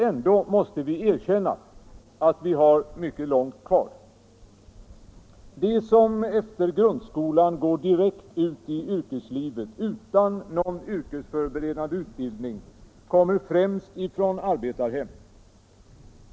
Ändå måste vi erkänna, att vi har mycket långt kvar. De som efter grundskolan går direkt ut i yrkeslivet utan någon yrkesförberedande utbildning kommer främst från arbetarhem.